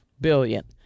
billion